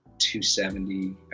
270